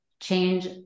change